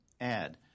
add